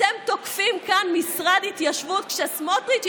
אתם תוקפים כאן משרד התיישבות כשסמוטריץ'